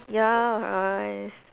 ya I